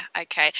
okay